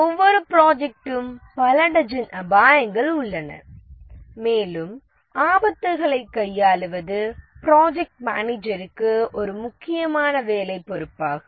ஒவ்வொரு ம் பல டஜன் அபாயங்கள் உள்ளன மேலும் ஆபத்துக்களை கையாளுவது ப்ராஜெக்ட்மேனேஜருக்கு ஒரு முக்கியமான வேலை பொறுப்பாகும்